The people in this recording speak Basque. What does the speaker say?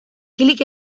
klik